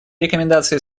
рекомендации